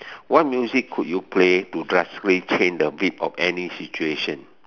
what music could you play to drastically change the beat of any situation